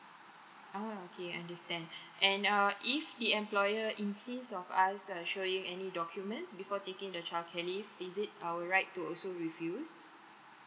oh okay understand and err if the employer insist of us uh showing any documents before taking the childcare leave is it our right to also refuse